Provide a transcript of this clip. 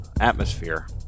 atmosphere